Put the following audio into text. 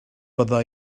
bydda